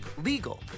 legal